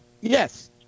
Yes